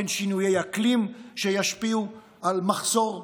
אין שינויי אקלים שישפיעו על מחסור במזון,